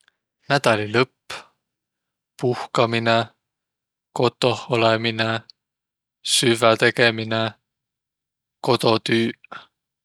Nädälilõpp, puhkaminõ, kotoh olõminõ, süvväq tegemine, kodotüüq.